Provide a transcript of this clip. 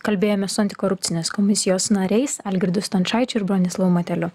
kalbėjomės su antikorupcinės komisijos nariais algirdu stončaičiu ir bronislovu mateliu